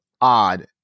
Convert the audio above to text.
odd